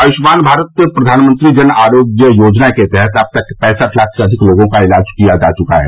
आयुष्मान भारत प्रधानमंत्री जन आरोग्य योजना के तहत अब तक पैंसठ लाख से अधिक लोगों का इलाज किया जा चुका है